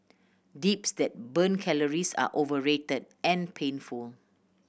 dips that burn calories are overrated and painful